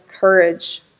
courage